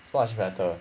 so much better